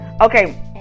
okay